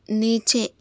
نیچے